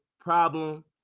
problem